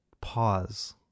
pause